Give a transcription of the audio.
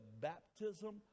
baptism